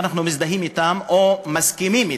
אנחנו מזדהים אתם או מסכימים אתם.